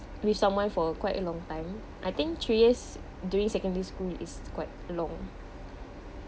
with someone for a quite long time I think three years during secondary school is quite long